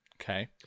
Okay